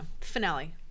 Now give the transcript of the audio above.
finale